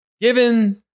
given